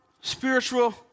spiritual